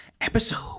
episode